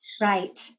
Right